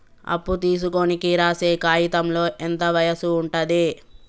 అప్పు తీసుకోనికి రాసే కాయితంలో ఎంత వయసు ఉంటది?